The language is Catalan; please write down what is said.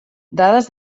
dades